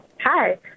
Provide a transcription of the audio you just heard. Hi